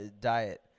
diet